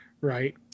Right